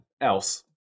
else